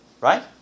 Right